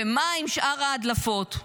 ומה עם שאר ההדלפות,